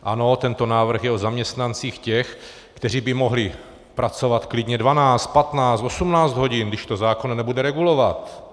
Ano, tento návrh je o zaměstnancích, těch, kteří by mohli pracovat klidně dvanáct, patnáct, osmnáct hodin, když to zákon nebude regulovat.